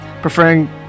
Preferring